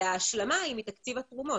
וההשלמה היא מתרומות.